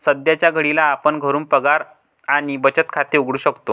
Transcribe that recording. सध्याच्या घडीला आपण घरून पगार आणि बचत खाते उघडू शकतो